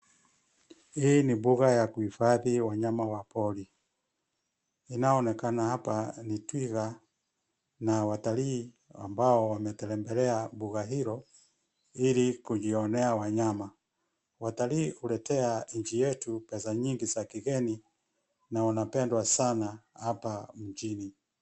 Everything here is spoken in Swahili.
Hii ni mbuga ya kuhifadhi wanyama wa pori. Inaoonekana hapa ni twiga na watalii ambao wametembelea mbuga hilo ili kujiona wanyama. Watalii huletea nchi yetu pesa nyingi za kigeni na wanapendwa sana hapa mjini.